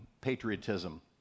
patriotism